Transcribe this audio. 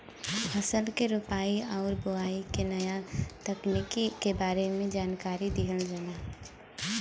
फसल के रोपाई आउर बोआई के नया तकनीकी के बारे में जानकारी दिहल जाला